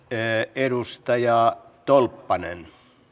edustaja tolppanen